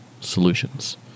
solutions